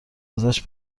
ازش